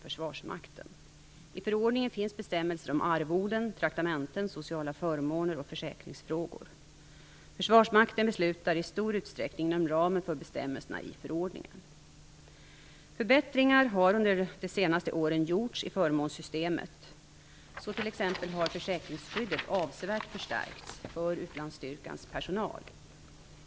förordningen finns bestämmelser om arvoden, traktamenten, sociala förmåner och försäkringsfrågor. Försvarsmakten beslutar i stor utsträckning inom ramen för bestämmelserna i förordningen. Förbättringar har under de senaste åren gjorts i förmånssystemet. Så t.ex. har försäkringsskyddet avsevärt förstärkts för utlandsstyrkans personal.